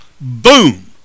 Boom